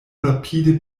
rapide